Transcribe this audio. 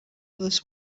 others